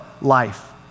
life